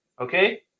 Okay